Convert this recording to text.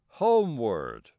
Homeward